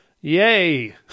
yay